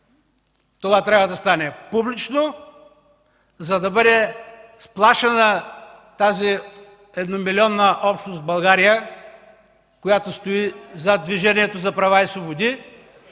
избори, да стане публично, за да бъде сплашена тази едномилионна общност в България, която стои зад Движението за права и свободи.